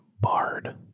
bard